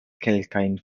kelkajn